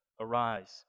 arise